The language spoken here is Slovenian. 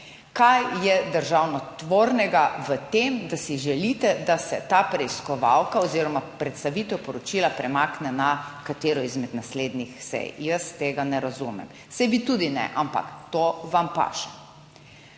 Kaj je državotvornega v tem, da si želite, da se ta preiskovalka oziroma predstavitev poročila premakne na katero izmed naslednjih sej? Jaz tega ne razumem. Saj vi tudi ne, ampak to vam paše.